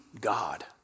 God